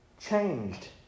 changed